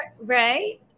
right